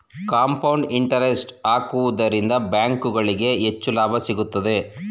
compound interest ಹಾಕುವುದರಿಂದ ಬ್ಯಾಂಕುಗಳಿಗೆ ಹೆಚ್ಚು ಲಾಭ ಸಿಗುತ್ತದೆ